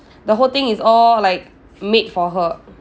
the whole thing is all like made for her